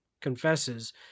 Confesses